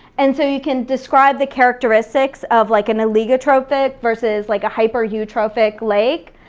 and so you can describe the characteristics of like an oligotrophic versus like a hypereutrophic lake,